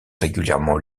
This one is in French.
régulièrement